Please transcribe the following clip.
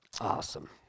Awesome